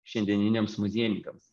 šiandieniniams muziejininkams